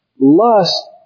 Lust